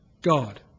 God